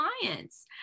clients